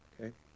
okay